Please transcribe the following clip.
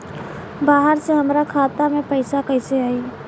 बाहर से हमरा खाता में पैसा कैसे आई?